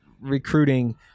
recruiting